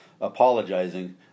apologizing